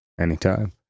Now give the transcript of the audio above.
Anytime